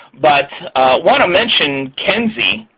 but want to mention, kenzie,